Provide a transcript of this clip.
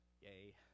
Yay